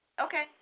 okay